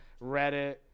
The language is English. reddit